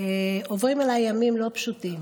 עוברים עליי ימים לא פשוטים.